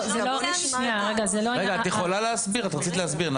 את רצית להסביר.